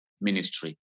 ministry